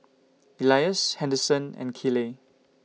Elias Henderson and Keeley